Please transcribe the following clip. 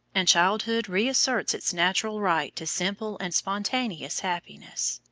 and childhood reasserts its natural right to simple and spontaneous happiness.